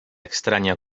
extraña